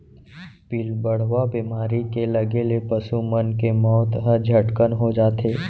पिलबढ़वा बेमारी के लगे ले पसु मन के मौत ह झटकन हो जाथे